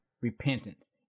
repentance